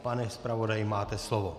Pane zpravodaji, máte slovo.